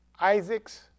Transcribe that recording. Isaac's